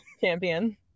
champion